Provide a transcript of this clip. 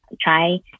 try